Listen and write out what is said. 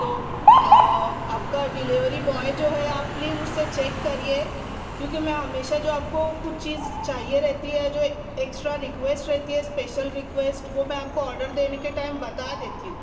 تو آپ کا ڈیلیوری بوائے جو ہے آپ پلیز اس سے چیک کریے کیوں کہ میں ہمیشہ جو آپ کو کچھ چیز چاہیے رہتی ہے جو ایکسٹرا ریکویسٹ رہتی ہے اسپیشل ریکویسٹ وہ میں آپ کو آڈر دینے کے ٹائم بتا دیتی ہوں